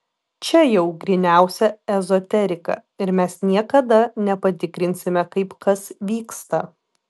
čia jau gryniausia ezoterika ir mes niekada nepatikrinsime kaip kas vyksta